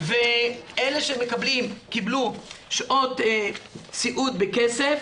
ואלה שקיבלו שעות סיעוד בכסף,